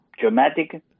dramatic